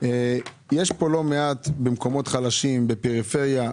יש פה לא מעט שירותים במקומות חלשים, בפריפריה.